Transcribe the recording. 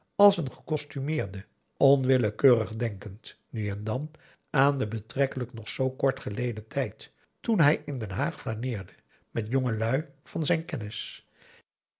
als een gecostumeerde onwillekeurig denkend nu en dan aan den betrekkelijk nog zoo kort geleden tijd toen hij in den haag flaneerde met jongelui van zijn kennis